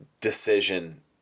decision